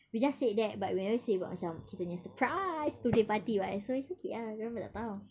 we just said that but we never say about macam kita punya surprise birthday party [what] so okay ah dia orang pun tak tahu